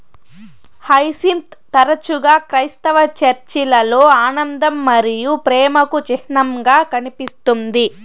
hyacinth తరచుగా క్రైస్తవ చర్చిలలో ఆనందం మరియు ప్రేమకు చిహ్నంగా కనిపిస్తుంది